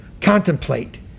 contemplate